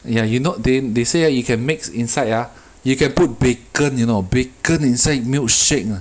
ya you know they they say ah you can mix inside ah you can put bacon you know bacon inside milkshake [one]